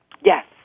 Yes